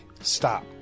Stop